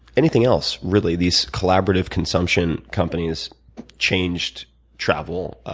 anything else, really, these collaborative consumption companies changed travel